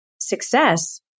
success